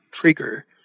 trigger